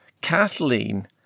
Kathleen